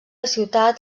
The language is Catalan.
ciutat